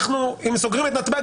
אם סוגרים את נתב"ג,